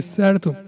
certo